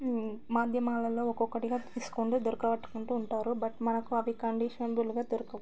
మాధ్యమాలలో ఒకొక్కట్టిగా తీసుకోండి దొరకాటుగా అంటూ ఉంటారు బట్ మనకు అవి కండీషంబుల్గా దొరకవు